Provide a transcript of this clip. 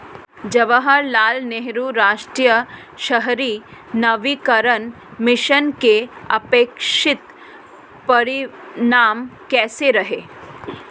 जवाहरलाल नेहरू राष्ट्रीय शहरी नवीकरण मिशन के अपेक्षित परिणाम कैसे रहे?